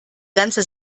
ganze